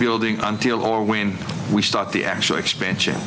building until or when we start the actual expansion